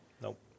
Nope